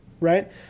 right